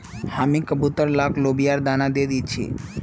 हामी कबूतर लाक लोबियार दाना दे दी छि